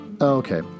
Okay